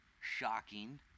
shocking